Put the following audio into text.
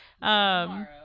Tomorrow